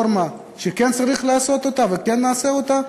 שכן צריך לעשות אותה וכן נעשה אותה,